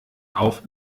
auf